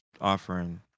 offering